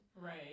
Right